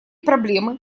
проблемы